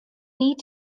need